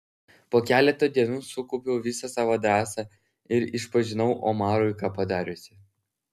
po keleto dienų sukaupiau visą savo drąsą ir išpažinau omarui ką padariusi